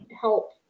help